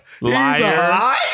Liar